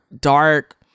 dark